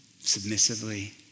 submissively